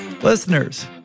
Listeners